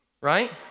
right